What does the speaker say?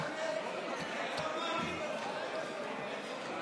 אי-אמון בממשלה לא נתקבלה.